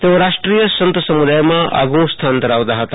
તેઓ રાષ્ટ્રિય સંત સમુદાયમાં આગવું સ્થાન ધરાવતા હતા